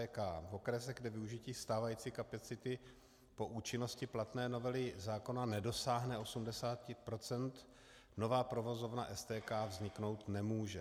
V okresech, kde využití stávající kapacity po účinnosti platné novely zákona nedosáhne 80 %, nová provozovna STK vzniknout nemůže.